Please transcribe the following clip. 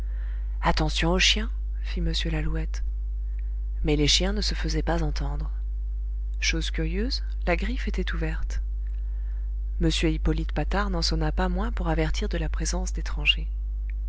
attention aux chiens fit m lalouette mais les chiens ne se faisaient pas entendre chose curieuse la griffe était ouverte m hippolyte patard n'en sonna pas moins pour avertir de la présence d'étrangers